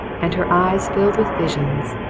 and her eyes filled with visions,